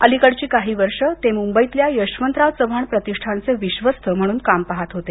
अलीकडची काही वर्ष ते मुंबईतल्या यशवंतराव चव्हाण प्रतिष्ठानचे ट्रस्टी म्हणून काम पाहात होते